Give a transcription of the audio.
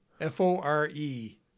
F-O-R-E